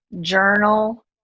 journal